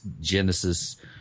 Genesis